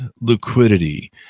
liquidity